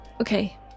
Okay